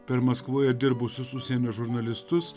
per maskvoje dirbusius užsienio žurnalistus